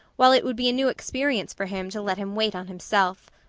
while it would be a new experience for him to let him wait on himself.